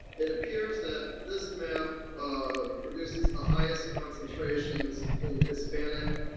it appears that this map um produces the highest concentrations in hispanic,